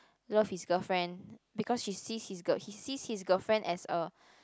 love his girlfriend because she sees his he sees his girlfriend as a